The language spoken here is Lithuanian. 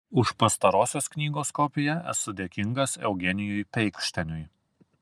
už pastarosios knygos kopiją esu dėkingas eugenijui peikšteniui